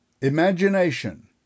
imagination